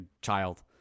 child